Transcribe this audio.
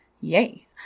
Yay